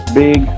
big